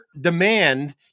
demand